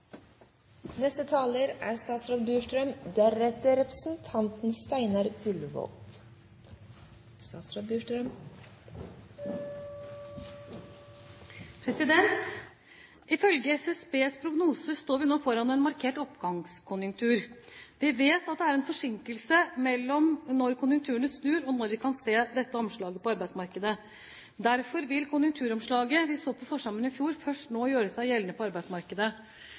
Ifølge SSBs prognose står vi nå foran en markert oppgangskonjunktur. Vi vet at det er en forsinkelse, at det går en tid fra konjunkturene snur, til vi kan se dette omslaget på arbeidsmarkedet. Derfor vil konjunkturomslaget vi så på forsommeren i fjor, først nå gjøre seg gjeldende på arbeidsmarkedet.